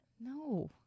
No